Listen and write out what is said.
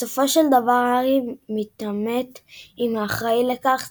בסופו של דבר, הארי מתעמת עם האחראי לכך –